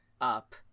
up